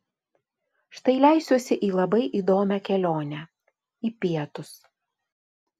štai leisiuosi į labai įdomią kelionę į pietus